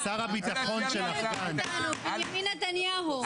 ביבי נתניהו.